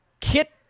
kit